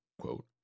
quote